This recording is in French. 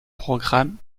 programme